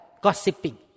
Gossiping